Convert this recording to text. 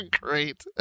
Great